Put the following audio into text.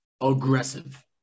aggressive